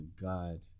God